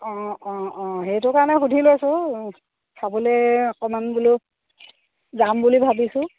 অঁ অঁ অঁ সেইটো কাৰণে সুধি লৈছোঁ চাবলে অকণমান বোলো যাম বুলি ভাবিছোঁ